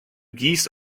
geese